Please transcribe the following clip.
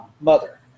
mother